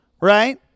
Right